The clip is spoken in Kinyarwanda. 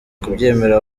kubyemera